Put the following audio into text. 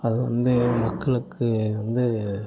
அது வந்து மக்களுக்கு வந்து